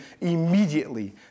immediately